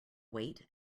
wait